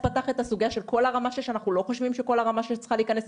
היום זה נכון שמבחינת